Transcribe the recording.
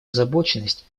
озабоченность